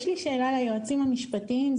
יש לי שאלה ליועצים המשפטיים,